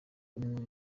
umwe